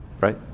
right